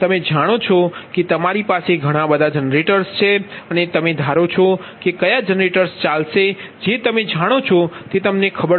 તમે જાણો છો કે તમારી પાસે ઘણા બધા જનરેટર્સ છે અને તમે ધારો છો કે કયા જનરેટર ચાલશે જે તમે જાણો છો તે તમને ખબર છે